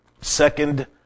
Second